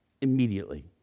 immediately